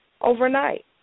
overnight